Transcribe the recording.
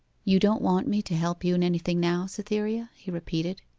you don't want me to help you in anything now, cytherea he repeated.